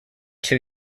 two